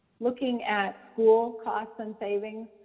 looking at school costs and savings.